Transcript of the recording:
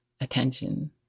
attention